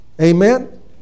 Amen